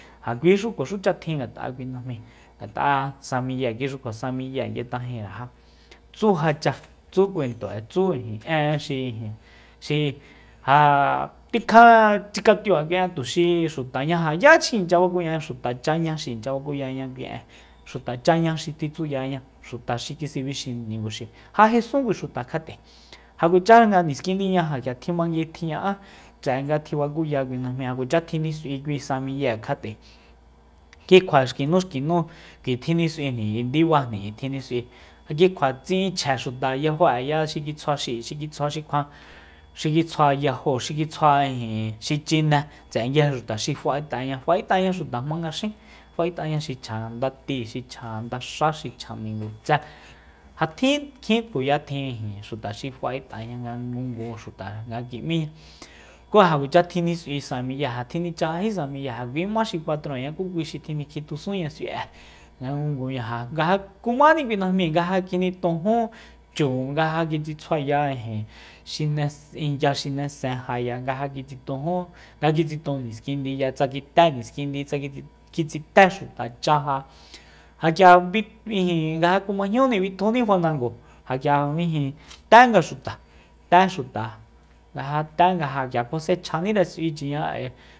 Ja kuixu kuaxucha tjin ngat'a'e kui najmi ngat'a sa miye kixukjua sa miye yet'ajinre tsu já cha tsu kuento'e tsu en'e xi ijin xi ja tikja tsik'atiu'an kui en tuxi xuta ña ja yá xi inchya bakuña xutacháña xi inchya bakuyaña kui en xuta chaña xi tjitsuyaña xuta xi kis'ebixi ninguxi ja jesun kui xuta kjat'e ja kuacha nga niskindiña ja k'ia tjimangui tji ña'á tse'e nga tjibakuya kui najmíi ja kuacha tjinis'ui kui nan miguel kjat'e ki kjua xki nu xki nu k'ui tjinis'uijni ndibajni k'ui tjinis'ui kikjua tsi'in chje xuta yajo'eya xi kitsjua xi'i xi kitsjua xi kjuan xi kitsjua yajo xi kitsjua xi chiné tse'e nguije xuta xi fa'et'aña fa'e'taña xuta jmanga xin ftaña xi chja ndati xi chja ndaxá xi chja ningutse ja tjin kjin tkuya tjin ijin xuta xi fa'et'aña nga ngungu xuta nga kim'íña ku ja kuacha tji nis'ui sa miye ja tjinichajají samiye ja kuima xi patronña ku kui xi tjinikjitjusun s'ui'e nga ngunguña nga ja kumáni kui najmíi nga ja kinitojun chu nga ja kitsitsjuaya ijin xine ya xinesen jaya nga ja kitsitojun nga ja kitsiton niskindiya tsa kité niskindi tsa kitsité xutacha ja ja k'ia bib nga ja kjumajñúni bitjuni fanango ja k'ia ijin ténga xuta té xuta nga ja tenga ja k'ia kuas'echjanire s'uichiña